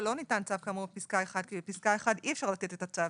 לא ניתן צו כאמור בפסקה (1) כי בפסקה (1) אי אפשר לתת את הצו.